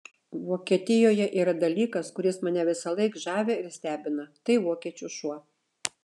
vokietijoje yra dalykas kuris mane visąlaik žavi ir stebina tai vokiečių šuo